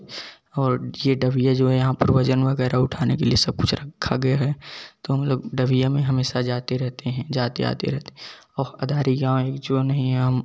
और जो दबिया जो है यहाँ पर वह वजन वगैरह उठाने के लिए रखा गया है तो हम लोग दाबिय में हमेशा जाते रहते हैं जाते आते रहते हैं और अगर यहाँ जो नहीं है हम